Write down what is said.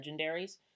legendaries